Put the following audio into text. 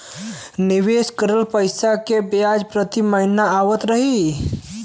निवेश करल पैसा के ब्याज प्रति महीना आवत रही?